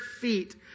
feet